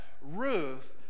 Ruth